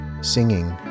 singing